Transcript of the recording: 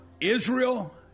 Israel